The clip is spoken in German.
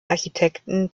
architekten